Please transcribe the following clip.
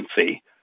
agency